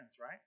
right